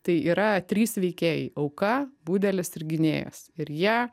tai yra trys veikėjai auka budelis ir gynėjas ir jie